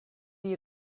you